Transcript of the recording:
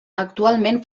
actualment